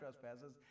trespasses